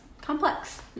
complex